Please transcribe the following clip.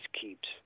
keeps